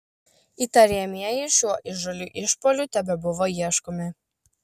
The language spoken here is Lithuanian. įtariamieji šiuo įžūliu išpuoliu tebebuvo ieškomi